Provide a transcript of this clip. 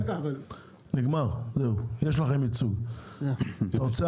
אתה רוצה